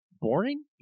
boring